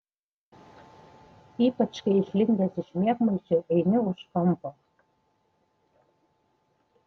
ypač kai išlindęs iš miegmaišio eini už kampo